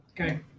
Okay